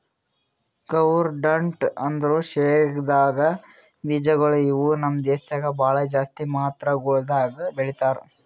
groundnut ಅಂದುರ್ ಶೇಂಗದ್ ಬೀಜಗೊಳ್ ಇವು ನಮ್ ದೇಶದಾಗ್ ಭಾಳ ಜಾಸ್ತಿ ಮಾತ್ರಗೊಳ್ದಾಗ್ ಬೆಳೀತಾರ